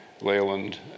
Leyland